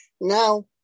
Now